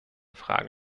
frage